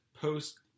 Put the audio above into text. post